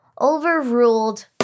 Overruled